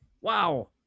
Wow